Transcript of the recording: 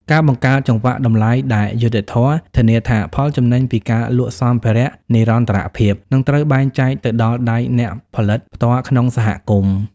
ការបង្កើតចង្វាក់តម្លៃដែលយុត្តិធម៌ ធានាថាផលចំណេញពីការលក់សម្ភារៈនិរន្តរភាពនឹងត្រូវបែងចែកទៅដល់ដៃអ្នកផលិតផ្ទាល់ក្នុងសហគមន៍។